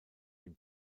dem